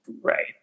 Right